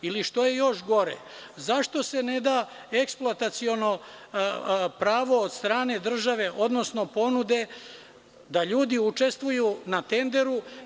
Ili što je još gore, zašto se ne da eksploataciono pravo od strane države, odnosno ponude da ljudi učestvuju na tenderu?